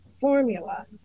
formula